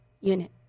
unit